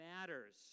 matters